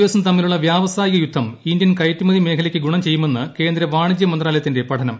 എസും തമ്മിലുള്ള വ്യാവസായിക യുദ്ധം ഇന്ത്യൻ കയറ്റുമതി മേഖലയ്ക്ക് ഗുണം ചെയ്യുമെന്ന് കേന്ദ്ര വാണിജ്യമന്ത്രാലയത്തിന്റെ പഠനം